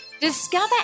Discover